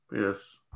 Yes